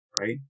right